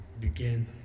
begin